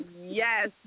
yes